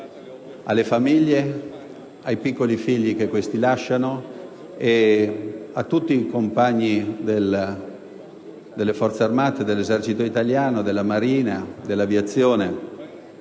alle famiglie, ai piccoli figli che i nostri militari lasciano e a tutti i compagni delle Forze armate - dell'Esercito, della Marina e dell'Aviazione